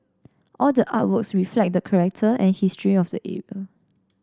all the artworks reflect the character and history of the era